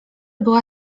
była